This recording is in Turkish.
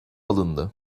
alındı